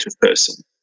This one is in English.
person